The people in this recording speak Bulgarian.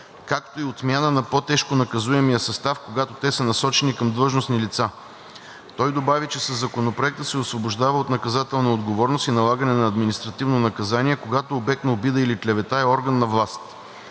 както и отмяна на по-тежко наказуемия състав, когато те са насочени към длъжностни лица. Той добави, че със Законопроекта се освобождава от наказателна отговорност и налагане на административно наказание, когато обект на обида или клевета е орган на власт.